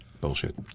Bullshit